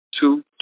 two